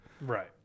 Right